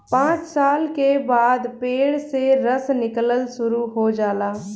पांच साल के बाद पेड़ से रस निकलल शुरू हो जाला